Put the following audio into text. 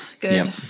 Good